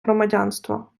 громадянство